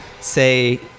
say